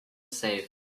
safe